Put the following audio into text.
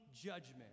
judgment